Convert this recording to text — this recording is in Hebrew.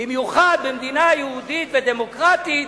במיוחד במדינה יהודית ודמוקרטית,